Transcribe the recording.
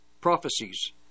prophecies